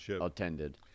attended